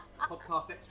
Podcast